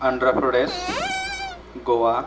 Andhra Pradesh Goa